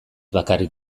bakarrik